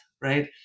right